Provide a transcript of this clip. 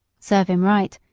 serve him right.